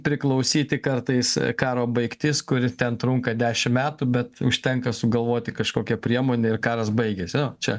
priklausyti kartais karo baigtis kuri ten trunka dešimt metų bet užtenka sugalvoti kažkokią priemonę ir karas baigiasi nu čia